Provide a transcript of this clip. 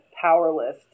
powerless